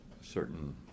certain